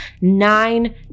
nine